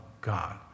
God